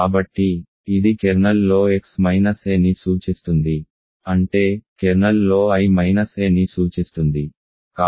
కాబట్టి ఇది కెర్నల్లో x మైనస్ aని సూచిస్తుంది అంటే కెర్నల్లో i మైనస్ a ని సూచిస్తుంది